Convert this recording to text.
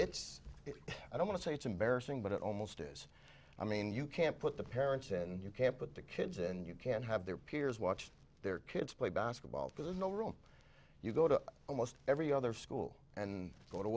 it's i don't want to say it's embarrassing but it almost is i mean you can't put the parents in you can't put the kids and you can't have their peers watch their kids play basketball because there's no room you go to almost every other school and go to